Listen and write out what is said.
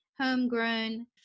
homegrown